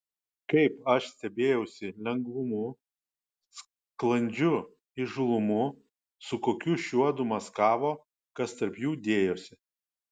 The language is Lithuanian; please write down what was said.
kaip aš stebėjausi lengvumu sklandžiu įžūlumu su kokiu šiuodu maskavo kas tarp jų dėjosi